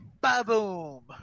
Ba-boom